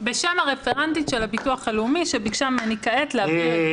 בשם הרפרנטית של הביטוח הלאומי שביקשה ממני כעת לומר את זה.